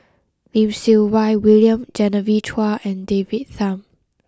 Lim Siew Wai William Genevieve Chua and David Tham